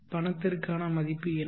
பணத்திற்கான மதிப்பு என்ன